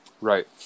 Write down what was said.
Right